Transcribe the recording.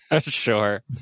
Sure